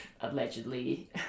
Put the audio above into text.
allegedly